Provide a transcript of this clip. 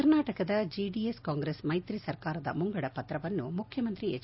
ಕರ್ನಾಟಕದ ಜೆಡಿಎಸ್ ಕಾಂಗ್ರೆಸ್ ಮೈತ್ರಿ ಸರ್ಕಾರದ ಮುಂಗಡಪತ್ರವನ್ನು ಮುಖ್ಯಮಂತ್ರಿ ಎಚ್